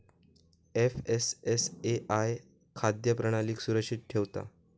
FSSAI खाद्य प्रणालीक सुरक्षित ठेवता